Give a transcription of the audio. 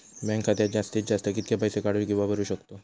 Bank खात्यात जास्तीत जास्त कितके पैसे काढू किव्हा भरू शकतो?